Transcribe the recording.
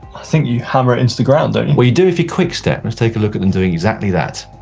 think you hammer it into the ground, don't you? and well, you do if you're quickstep. let's take a look at them doing exactly that.